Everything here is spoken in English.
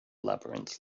labyrinth